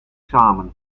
samen